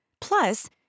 Plus